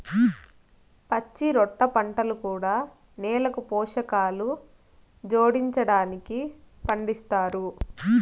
పచ్చిరొట్ట పంటలు కూడా నేలకు పోషకాలు జోడించడానికి పండిస్తారు